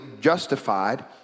justified